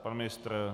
Pan ministr?